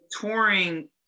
Touring